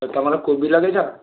ଆଉ ତୁମର କୋବି ଲଗାଇଛ